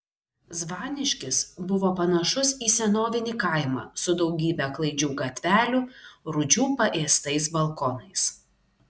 zvaniškis buvo panašus į senovinį kaimą su daugybe klaidžių gatvelių rūdžių paėstais balkonais